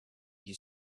you